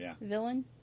villain